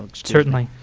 um certainly.